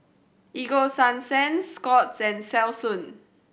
Ego Sunsense Scott's and Selsun